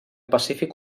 pacífic